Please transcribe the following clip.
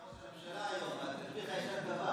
אחמד, אתה ראש הממשלה היום, על פיך יישק דבר.